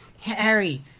Harry